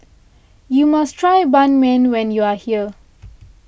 you must try Ban Mian when you are here